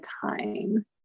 time